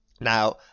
Now